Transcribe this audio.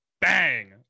bang